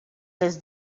does